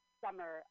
summer